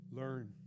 Learn